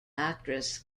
actress